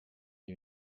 you